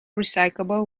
recyclable